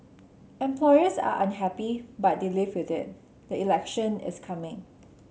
employers are unhappy but they live with it the election is coming